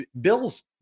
Bill's